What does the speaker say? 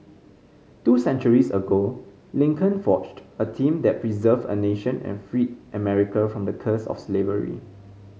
two centuries ago Lincoln forged a team that preserved a nation and freed America from the curse of slavery